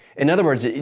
in other words,